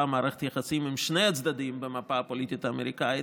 מערכת יחסים עם שני הצדדים במפה הפוליטית האמריקאית.